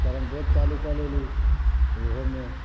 तऽ कैरमबोर्ड चालू कऽ लेली तऽ उहोमे